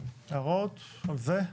הערות על זה?